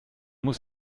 muss